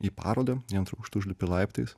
į parodą į antrą aukštą užlipti laiptais